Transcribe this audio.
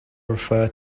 refer